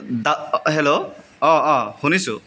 দা hello অঁ অঁ শুনিছোঁ